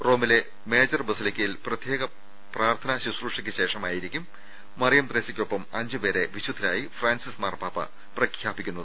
റോമിലെ മേജർ ബസലിക്കയിൽ പ്രത്യേക പ്രാർത്ഥനാശുശ്രൂഷയ്ക്കുശേഷമായിരിക്കും മറിയം ത്രേസൃയ്ക്കൊപ്പം അഞ്ചുപേരെ വിശുദ്ധരായി ഫ്രാൻസിസ് മാർപാപ്പ പ്രഖ്യാപിക്കുന്നത്